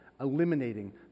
eliminating